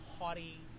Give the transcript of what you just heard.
haughty